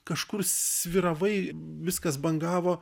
kažkur svyravai viskas bangavo